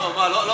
מה אתה